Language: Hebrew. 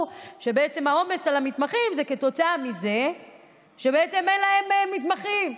שהעומס על המתמחים זה כתוצאה מזה שאין להם מתמחים.